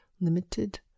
limited